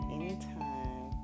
Anytime